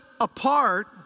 apart